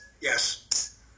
yes